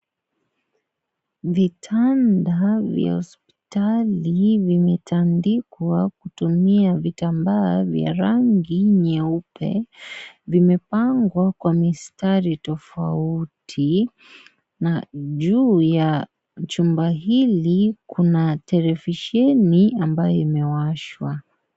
Vitanda vya hospitali vimetandikwa kutumia vitambaa vya rangi nyeupe. Vimepangwa kwa mistari tofauti na juu ya jumba hili, kuna televisheni ambayo zimewashwa.